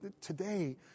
Today